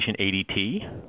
ADT